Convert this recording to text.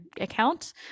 account